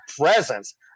presence